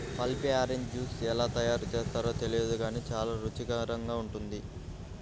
pulpy orange juice ఎలా తయారు చేస్తారో తెలియదు గానీ చాలా రుచికరంగా ఉంటుంది